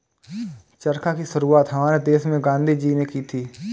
चरखा की शुरुआत हमारे देश में गांधी जी ने की थी